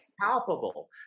palpable